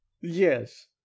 Yes